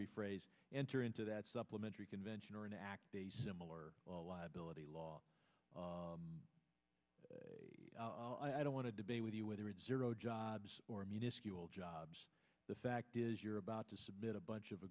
rephrase enter into that supplementary convention or an act similar liability law i'll i don't want to debate with you whether it's zero jobs or miniscule jobs the fact is you're about to submit a bunch of